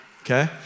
okay